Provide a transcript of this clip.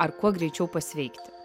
ar kuo greičiau pasveikti